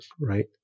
right